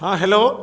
ହଁ ହ୍ୟାଲୋ